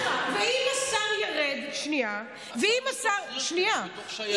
יש לי שאלה, ואם השר ירד, הוא בתוך שיירה.